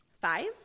five